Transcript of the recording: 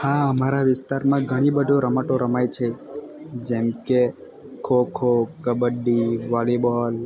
હા મારા વિસ્તારમાં ઘણી બધું રમતો રમાય છે જેમ કે ખોખો કબડ્ડી વોલીબોલ